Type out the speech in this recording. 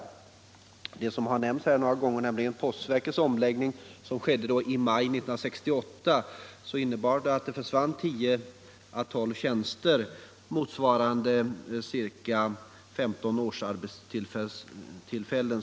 Postverkets omläggning som har nämnts här några gånger — den skedde i maj 1968 — innebar att det försvann tio å tolv tjänster, motsvarande ca 15 årsarbetstillfällen.